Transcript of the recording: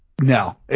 No